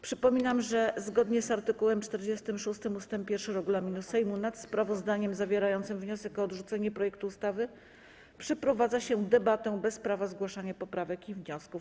Przypominam, że zgodnie z art. 46 ust. 1 regulaminu Sejmu nad sprawozdaniem zawierającym wniosek o odrzucenie projektu ustawy przeprowadza się debatę bez prawa zgłaszania poprawek i wniosków.